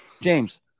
James